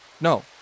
no